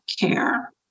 care